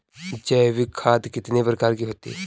जैविक खाद कितने प्रकार की होती हैं?